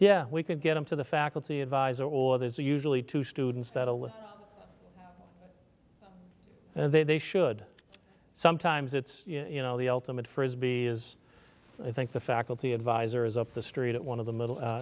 yeah we could get him to the faculty advisor or there's usually two students that a list and they should sometimes it's you know the ultimate frisbee is i think the faculty advisor is up the street at one of the middle